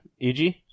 EG